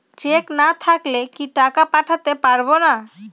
Check না থাকলে কি টাকা পাঠাতে পারবো না?